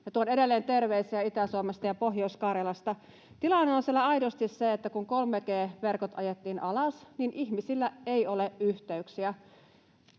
tuon edelleen terveisiä Itä-Suomesta ja Pohjois-Karjalasta. Tilanne on siellä aidosti se, että kun 3G-verkot ajettiin alas, niin ihmisillä ei ole yhteyksiä.